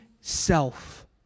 self